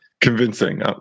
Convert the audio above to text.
convincing